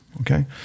okay